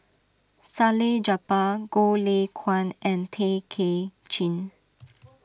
Salleh Japar Goh Lay Kuan and Tay Kay Chin